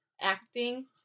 acting